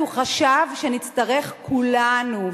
כי הוא חשב שנצטרך כולנו,